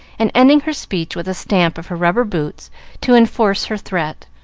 and ending her speech with a stamp of her rubber boots to enforce her threat.